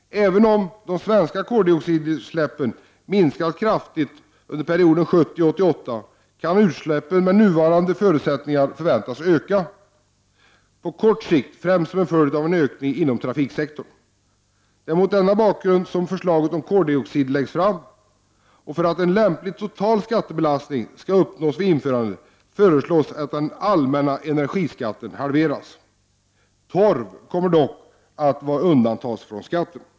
Även om de svenska koldioxidutsläppen minskat kraftigt under perioden 1970-1988 kan utsläppen med nuvarande förutsättningar förväntas öka på kort sikt främst som en följd av en ökning inom trafiksektorn. Det är mot denna bakgrund som förslaget om en koldioxidskatt läggs fram. För att en lämplig total skattebelastning skall uppnås vid införandet föreslås att den allmänna energiskatten halveras. Torv kommer dock att undantas från skatten.